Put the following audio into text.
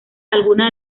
algunas